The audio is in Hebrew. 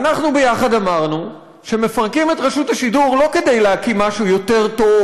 אנחנו ביחד אמרנו שמפרקים את רשות השידור לא כדי להקים משהו יותר טוב,